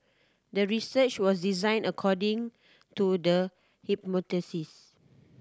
the research was designed according to the hypothesis